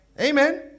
amen